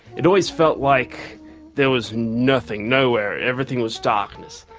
it always felt like there was nothing, nowhere, everything was darkness.